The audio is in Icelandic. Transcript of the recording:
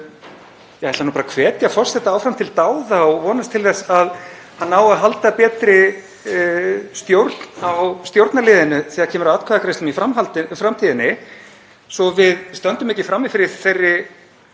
Ég ætla bara að hvetja forseta áfram til dáða og vonast til þess að hann nái að halda betri stjórn á stjórnarliðinu þegar kemur að atkvæðagreiðslum í framtíðinni, svo við stöndum ekki frammi fyrir þeirri